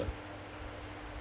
but